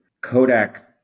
Kodak